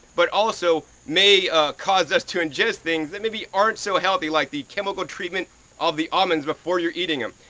but also, may cause us to ingest things that maybe aren't so healthy, like the chemical treatment of the almonds before you're eating them.